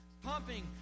pumping